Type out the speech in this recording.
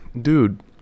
dude